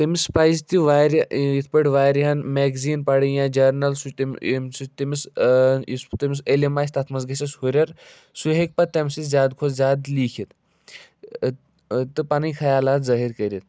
تٔمِس پَزِ تہِ واریاہ یِتھ پٲٹھۍ واریاہَن میٚکزیٖن پَرنۍ یا جرنَل سُہ چھِ تٔمۍ ییٚمہِ سۭتۍ تٔمِس یُس تٔمِس علم آسہِ تَتھ منٛز گژھٮ۪س ہُرٮ۪ر سُہ ہیٚکہِ پَتہٕ تَمہِ سۭتۍ زیادٕ کھۄتہٕ زیادٕ لیٖکِتھ تہٕ پَنٕنۍ خیالات ظٲہِر کٔرِتھ